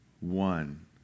one